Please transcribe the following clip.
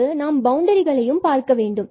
பின்பு நாம் பவுண்டரிகளையும் பார்க்க வேண்டும்